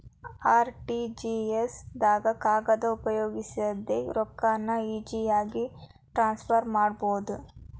RTGS ದಾಗ ಕಾಗದ ಉಪಯೋಗಿಸದೆ ರೊಕ್ಕಾನ ಈಜಿಯಾಗಿ ಟ್ರಾನ್ಸ್ಫರ್ ಮಾಡಬೋದು